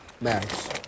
Max